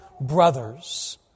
brothers